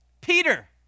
Peter